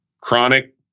Chronic